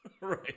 Right